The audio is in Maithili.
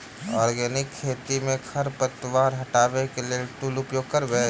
आर्गेनिक खेती मे खरपतवार हटाबै लेल केँ टूल उपयोग करबै?